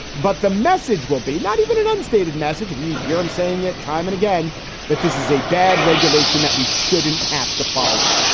but the message will be not even an unstated message. we hear him saying it time and again that this is a bad regulation that we shouldn't have to follow.